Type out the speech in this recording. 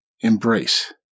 embrace